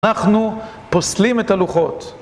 אנחנו פוסלים את הלוחות.